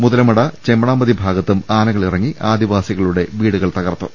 മുതലമട ചെമ്മണാംപതി ഭാഗത്തും ആനകളിറങ്ങി ആദിവാസിക ളുടെ വീടുകൾ തകർത്തു